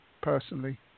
personally